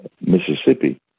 Mississippi